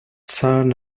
son